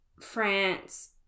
France